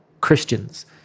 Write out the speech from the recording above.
Christians